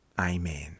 Amen